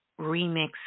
Remix